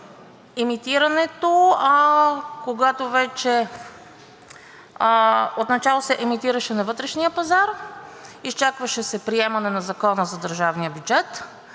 Емитирането, от началото се емитираше на вътрешния пазар, изчакваше се приемане на Закона за държавния бюджет,